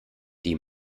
die